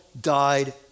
died